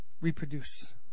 Reproduce